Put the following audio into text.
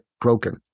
broken